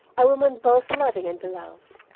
a woman both loving and beloved,